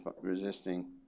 resisting